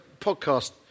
podcast